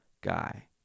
guy